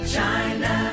China